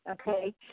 okay